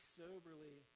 soberly